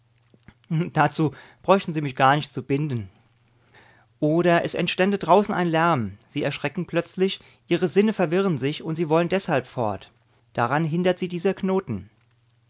dazu brauchten sie mich gar nicht zu binden oder es entstände draußen ein lärm sie erschrecken plötzlich ihre sinne verwirren sich und sie wollen deshalb fort daran hindert sie dieser knoten